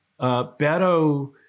Beto